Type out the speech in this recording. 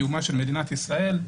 קיומה של מדינת ישראל,